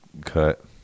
cut